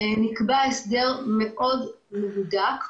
שלנו נקבע הסדר מאוד מהודק.